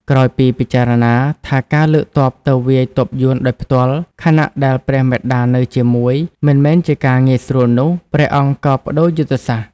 ក្រោយពីពិចារណាថាការលើកទ័ពទៅវាយទ័ពយួនដោយផ្ទាល់ ខណៈដែលព្រះមាតានៅជាមួយ មិនមែនជាការងាយស្រួលនោះ ព្រះអង្គក៏ប្ដូរយុទ្ធសាស្ត្រ។